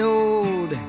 old